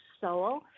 soul